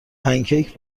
پنکیک